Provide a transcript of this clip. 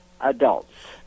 adults